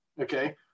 Okay